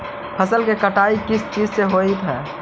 फसल की कटाई किस चीज से होती है?